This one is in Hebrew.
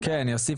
לדעת.